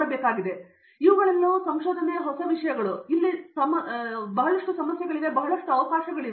ಸಂಕ್ಷಿಪ್ತವಾಗಿ ಇವುಗಳೆಲ್ಲವೂ ನಿಮಗೆ ಸಂಶೋಧನೆ ಹೊಸ ಸಂಶೋಧನಾ ಪ್ರದೇಶಗಳು ಇವುಗಳು ಹಂತದಲ್ಲಿಯೇ ಹೊಸದಾಗಿರುತ್ತವೆ ಮತ್ತು ಜನರಿಗೆ ತೆರೆದ ಸಮಸ್ಯೆಯ ಬಹಳಷ್ಟು ಅವಕಾಶ ಇವೆ